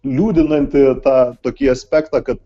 liūdinantį tą tokį aspektą kad